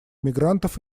мигрантов